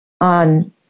on